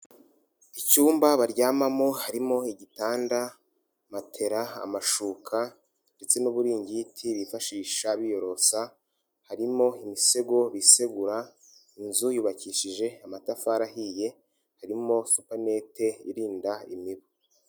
Icyumba baryamamo, harimo igitanda, matera, amashuka ndetse n'uburingiti bifashisha biyorosa, harimo imisego bisegura, inzu yubakishije amatafari ahiye, harimo supanete irinda imibu.